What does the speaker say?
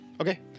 Okay